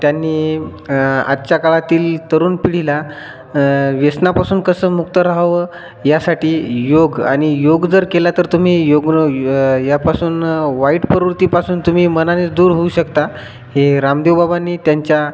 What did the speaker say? त्यांनी आजच्या काळातील तरुण पिढीला व्यसनापासून कसं मुक्त राहावं यासाठी योग आणि योग जर केला तर तुम्ही योग यापासून वाईट प्रवृतीपासून तुम्ही मनानेच दूर होऊ शकता हे रामदेव बाबांनी त्यांच्या